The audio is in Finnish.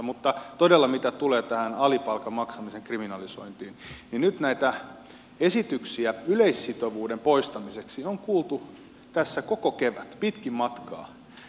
mutta todella mitä tulee tähän alipalkan maksamisen kriminalisointiin niin nyt näitä esityksiä yleissitovuuden poistamiseksi on kuultu tässä koko kevät pitkin matkaa